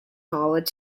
howard